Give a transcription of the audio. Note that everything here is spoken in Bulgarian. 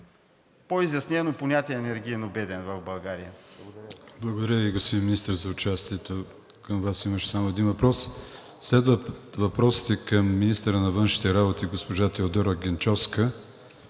по-изяснено понятие „енергийно беден“ в България.